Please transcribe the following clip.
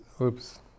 oops